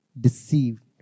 deceived